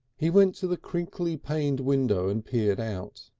he went to the crinkly paned window and peered out.